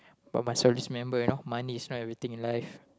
but must always remember you know money is not everything in life